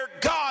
God